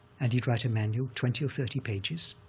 and he'd write a manual, twenty or thirty pages,